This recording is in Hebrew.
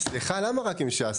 סליחה, למה רק עם ש"ס?